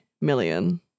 million